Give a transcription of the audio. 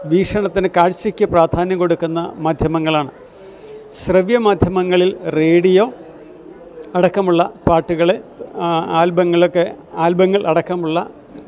വീക്ഷണത്തിന് കാഴ്ചക്ക് പ്രാധാന്യം കൊടുക്കുന്ന മാധ്യമങ്ങളാണ് ശ്രവ്യ മാധ്യമങ്ങളിൽ റേഡിയോ അടക്കമുള്ള പാട്ടുകൾ ആൽബങ്ങളൊക്കെ ആൽബങ്ങൾ അടക്കമുള്ള